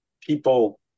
people